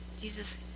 jesus